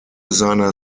seiner